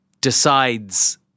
decides